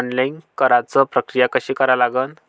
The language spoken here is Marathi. ऑनलाईन कराच प्रक्रिया कशी करा लागन?